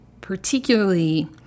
particularly